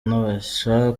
nabasha